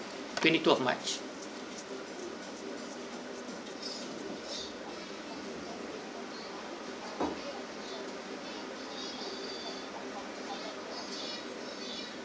twenty two of march